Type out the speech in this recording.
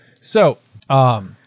So-